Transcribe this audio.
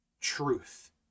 truth